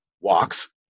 walks